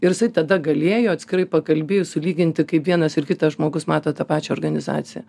ir jisai tada galėjo atskirai pakalbėjus sulyginti kaip vienas ir kitas žmogus mato tą pačią organizaciją